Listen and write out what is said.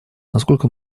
насколько